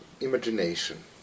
imagination